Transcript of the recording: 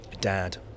dad